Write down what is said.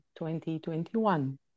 2021